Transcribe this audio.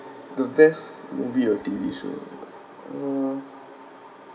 the best movie or T_V show ah uh